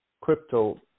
crypto